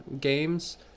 games